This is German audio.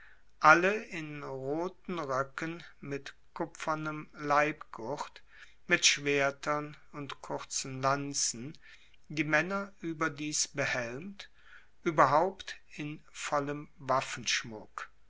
alle in roten roecken mit kupfernem leibgurt mit schwertern und kurzen lanzen die maenner ueberdies behelmt ueberhaupt in vollem